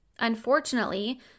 Unfortunately